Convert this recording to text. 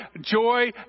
joy